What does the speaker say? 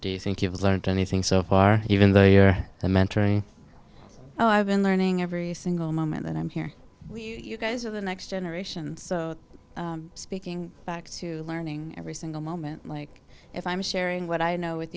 do you think you've learnt anything so far even though you're a a mentor oh i've been learning every single moment that i'm here with you guys of the next generation so speaking back to learning every single moment like if i'm sharing what i know with